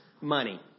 money